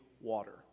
water